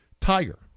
Tiger